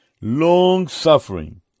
long-suffering